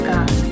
God